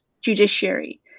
judiciary